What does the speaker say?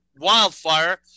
wildfire